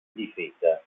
difesa